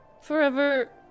Forever